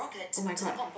oh-my-god